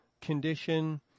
condition